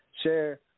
Share